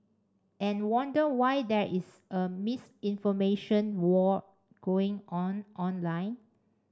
and wonder why there is a misinformation war going on online